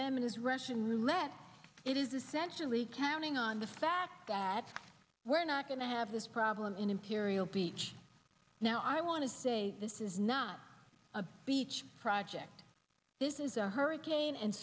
is russian roulette it is essentially counting on the fact that we're not going to have this problem in imperial beach now i want to say this is not a beach project this is a hurricane and